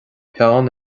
peann